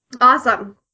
Awesome